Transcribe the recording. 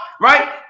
right